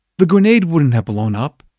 the grenade wouldn't have blown up.